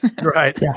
right